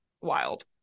Wild